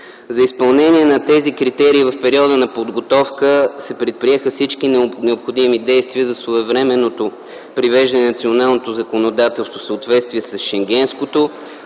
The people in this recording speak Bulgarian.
За изпълнение на тези критерии в периода на подготовка се предприеха всички необходими действия за своевременното привеждане на националното законодателство в съответствие с шенгенското,